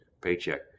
paycheck